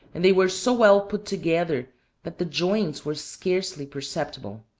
and they were so well put together that the joints were scarcely perceptible.